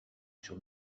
sur